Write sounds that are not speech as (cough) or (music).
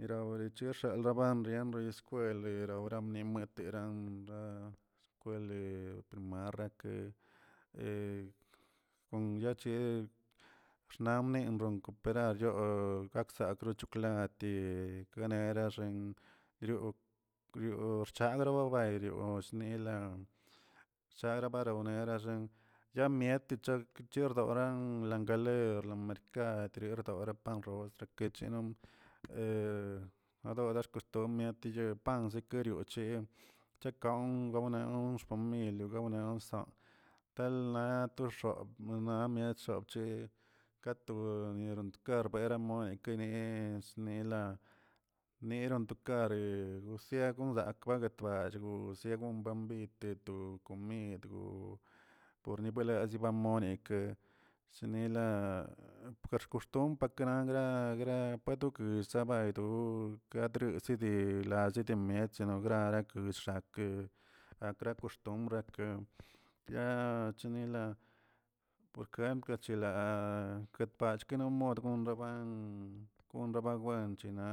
Yirabuek xalbara rienrie skwel riraoraba nietemuran raskwele marrake (hesitation) kon yache xnamne ron koperar kaksakra chokwlati guenra xen rioꞌ rchadrababio riochnila shara baronela yamietechak yerdoran langale lamercad, yerdora pan roskd madoda xkostumbr miet yepan keserioche, chakw chewnelo mil gaonelo nsa, tala to xob nammiet xobchi ka to rienkara berm mot nekene snel' niron tocare rosien bagoksanga lachgo sia gombe bieteto komid go beberlazi monike, sinila pax koxtumbr nagra gra padokus paydru kadol seki radeche miet sanigra koll xakee rakra koxtumbr, yaa chinila por jempl chilala ketpach kenimod raban ko raba wenchina